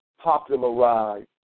popularized